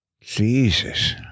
Jesus